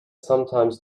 sometimes